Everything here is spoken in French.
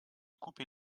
couper